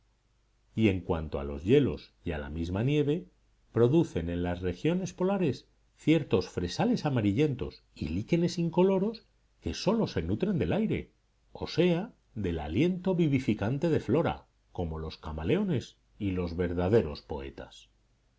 y en cuanto a los hielos y a la misma nieve producen en las regiones polares ciertos fresales amarillentos y líquenes incoloros que sólo se nutren del aire o sea del aliento vivificante de flora como los camaleones y los verdaderos poetas